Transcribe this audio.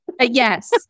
yes